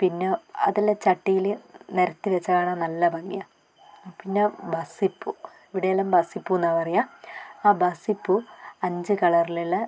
പിന്നെ അതെല്ലാം ചട്ടിയിൽ നിരത്തി വെച്ചാൽ കാണാൻ നല്ല ഭംഗിയാണ് പിന്നെ ബസിപ്പൂ ഇവിടെയെല്ലാം ബസിപ്പൂ എന്നാണ് പറയാ ആ ബസിപ്പൂ അഞ്ച് കളറിലുള്ള